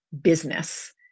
business